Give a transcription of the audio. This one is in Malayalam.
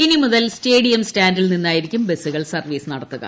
ഇനി മുതൽ സ്റ്റേഡിയം സ്റ്റാൻഡിൽ നിന്നായിരിക്കും ബസ്സുകൾ സർവീസ് നടത്തുക